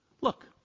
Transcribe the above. Look